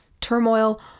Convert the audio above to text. turmoil